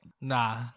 nah